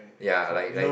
ya like like